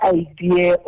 idea